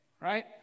right